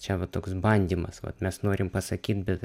čia va toks bandymas vat mes norim pasakyt bet